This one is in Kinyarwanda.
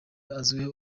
azwiho